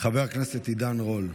חבר הכנסת עידן רול.